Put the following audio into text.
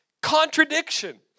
contradiction